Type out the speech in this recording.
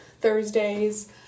Thursday's